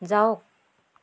যাওক